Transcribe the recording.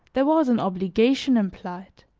there was an obligation implied.